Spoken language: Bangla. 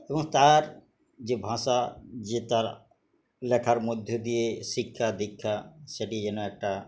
এবং তার যে ভাষা যে তার লেখার মধ্যে দিয়ে শিক্ষা দীক্ষা সেটি যেন একটা